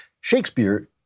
Shakespeare